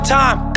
time